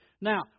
Now